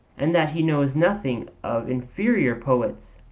and that he knows nothing of inferior poets,